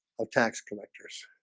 of tax collectors.